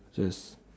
just